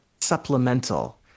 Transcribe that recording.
supplemental